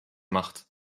macht